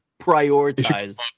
prioritize